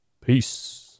Peace